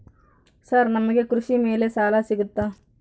Sir ನಮಗೆ ಕೃಷಿ ಮೇಲೆ ಸಾಲ ಸಿಗುತ್ತಾ?